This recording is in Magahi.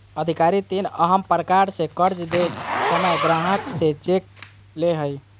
अधिकारी तीन अहम कारण से कर्ज दे समय ग्राहक से चेक ले हइ